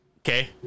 Okay